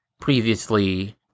previously